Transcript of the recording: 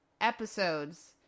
episodes